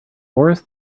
boris